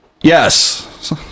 Yes